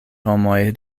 homoj